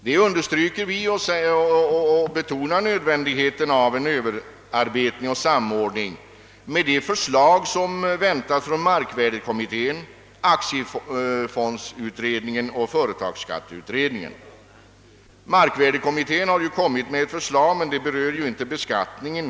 Vi understryker detta och betonar nödvändigheten av en överarbetning och samordning med de förslag som väntas komma från markvärdeskommittén, aktiefondsutredningen och företagsskatteutredningen. Markvärdeskommittén har nu lagt fram ett förslag, men det berör inte beskattningen.